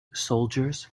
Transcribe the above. soldiers